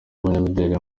abanyamideli